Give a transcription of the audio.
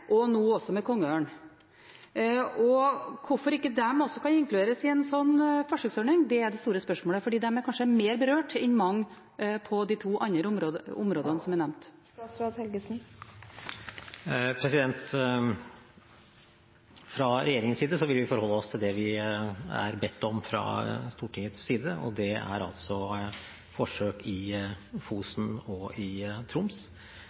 og nå også med kongeørn. Hvorfor kan ikke de også inkluderes i en sånn forsøksordning? Det er det store spørsmålet, for de er kanskje mer berørt enn mange i de to andre områdene som er nevnt. Fra regjeringens side vil vi forholde oss til det vi er bedt om fra Stortingets side. Det er altså forsøk i Fosen og i Troms.